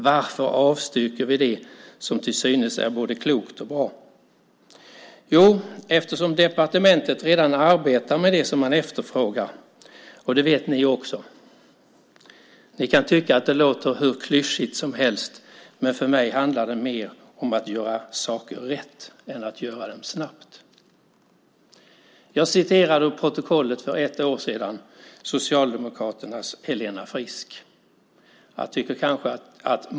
Varför avstyrker vi det som till synes är både klokt och bra? Jo, eftersom departementet redan arbetar med det som man efterfrågar, och det vet ju ni också. Ni kan tycka att det låter hur klyschigt som helst, men för mig handlar det mer om att göra saker rätt än att göra dem snabbt." Den jag citerade var Socialdemokraternas Helena Frisk ur ett protokoll från förra riksmötet.